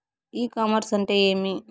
ఇ commerce అంటే ఏమి?